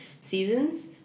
seasons